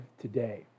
today